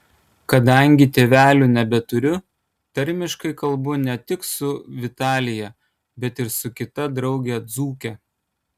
kadangi tėvelių nebeturiu tarmiškai kalbu ne tik su vitalija bet ir su kita drauge dzūke